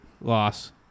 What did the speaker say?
Loss